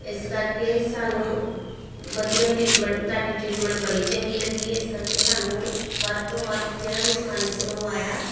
ਇਸ ਕਰਕੇ ਸਾਨੂੰ ਵਧੀਆ ਟ੍ਰੀਟਮੈਂਟ ਤੁਹਾਡੀ ਟ੍ਰੀਟਮੈਂਟ ਬੜੀ ਚੰਗੀ ਲੱਗੀ ਇਸ ਕਰਕੇ ਸਾਨੂੰ ਵੱਧ ਤੋਂ ਵੱਧ ਜਿਹੜਾ ਵੀ ਸਮਾਨ ਅਸੀਂ ਮੰਗਵਾਇਆ